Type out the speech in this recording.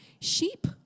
Sheep